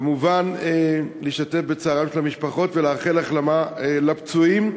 וכמובן להשתתף בצערן של המשפחות ולאחל החלמה לפצועים.